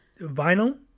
vinyl